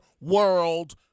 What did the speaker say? world